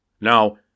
Now